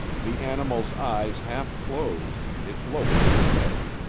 the animal's eyes half-closed, it lowered its head,